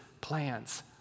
plans